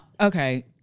okay